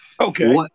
Okay